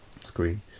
screen